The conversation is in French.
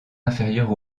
inférieurs